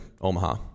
Omaha